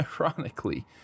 ironically